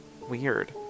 weird